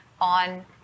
on